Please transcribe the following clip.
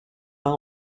pas